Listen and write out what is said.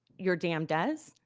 your dam does,